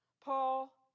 Paul